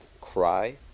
cry